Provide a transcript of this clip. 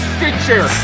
Stitcher